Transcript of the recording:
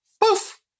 Poof